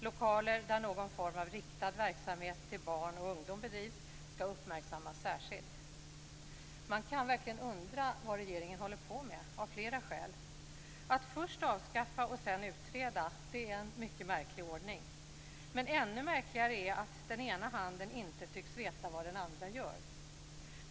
Lokaler där någon form av verksamhet som är riktad till barn och ungdom bedrivs skall uppmärksammas särskilt. Man kan verkligen undra vad regeringen håller på med - av flera skäl. Att först avskaffa och sedan utreda är en mycket märklig ordning. Men ännu märkligare är att den ena handen inte tycks veta vad den andra gör.